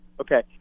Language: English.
Okay